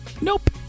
Nope